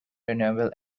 renewable